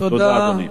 תודה, אדוני.